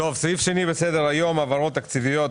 העברות תקציביות.